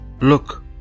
Look